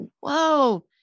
whoa